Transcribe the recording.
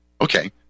Okay